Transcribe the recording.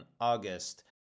August